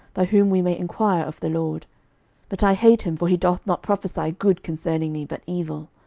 by whom we may enquire of the lord but i hate him for he doth not prophesy good concerning me, but evil.